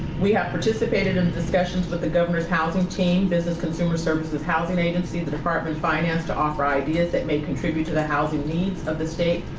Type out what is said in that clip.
we have participated in discussions with the governors housing team, business consumer services housing agency, the department of finance to offer ideas that may contribute to the housing needs of the state,